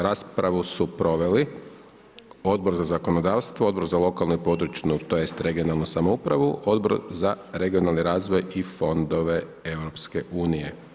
Raspravu su proveli Odbor za zakonodavstvo, Odbor za lokalnu i području tj. regionalnu samoupravu, Odbor za regionalni razvoj i fondove EU.